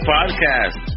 Podcast